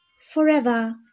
forever